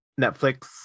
Netflix